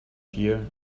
year